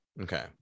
Okay